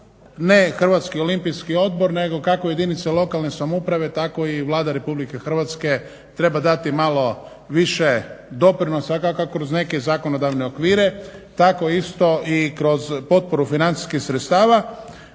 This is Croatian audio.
za koje smatram da ne HOO neko kako i jedinice lokalne samouprave tako i Vlada Republike Hrvatske treba dati malo više doprinosa kako kroz neke zakonodavne okvire tak isto i kroz potporu financijskih sredstava.